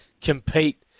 compete